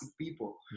people